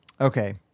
okay